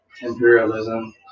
imperialism